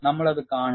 നമ്മൾ അത് കാണും